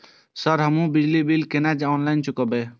Sir हमू बिजली bill केना ऑनलाईन चुकेबे?